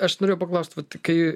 aš norėjau paklaust vat kai